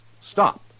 stop